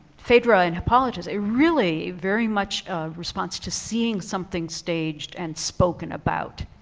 phaedra and hippolyta is a really very much response to seeing something staged and spoken about.